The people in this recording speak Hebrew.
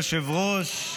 אדוני היושב-ראש,